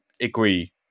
agree